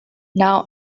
now